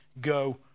go